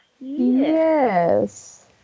Yes